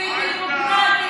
צבועה.